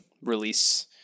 release